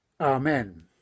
Amen